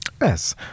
Yes